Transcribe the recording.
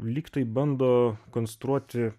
lygtai bando konstruoti